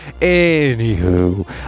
Anywho